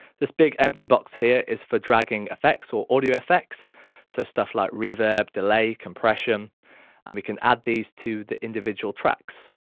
this big empty box here is for dragging effects or audio effects so stuff like reverb, delay, compression and we can add these to the individual tracks.